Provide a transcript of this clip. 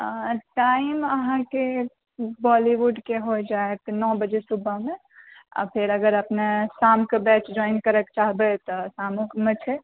time अहाँकेँ बॉलीवुडके हो जाएत नओ बजे सुबहमे आ फेर अगर अपने शाम कऽ बैच जोइन करऽ कऽ चाहबै तऽ शामोमे छै